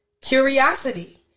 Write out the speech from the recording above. curiosity